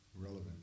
relevant